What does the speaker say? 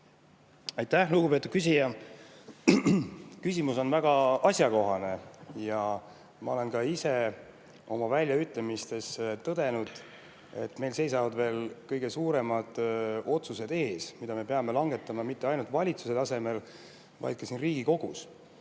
Aitäh, lugupeetud küsija! Küsimus on väga asjakohane. Ma olen ka ise oma väljaütlemistes tõdenud, et meil seisavad kõige suuremad otsused veel ees, mida me peame langetama, ja mitte ainult valitsuse [tasandil], vaid ka siin Riigikogus.